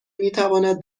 میتواند